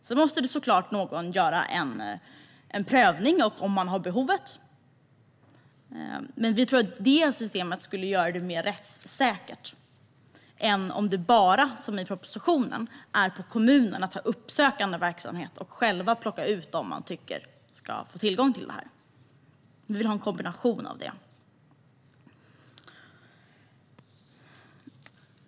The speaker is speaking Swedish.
Någon måste såklart göra en prövning av om personen har behov av stödet, men vi tror att ett sådant system skulle göra det hela mer rättssäkert än om det - som i propositionen - bara är kommunens ansvar att ha uppsökande verksamhet och att välja ut dem som man tycker ska få tillgång till det här. Vi vill ha en kombination av dessa.